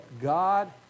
God